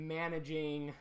managing